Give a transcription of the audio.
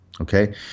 okay